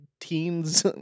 teens